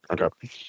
Okay